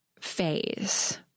phase